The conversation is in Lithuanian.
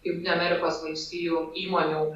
jungtinių amerikos valstijų įmonių